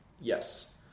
Yes